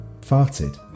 farted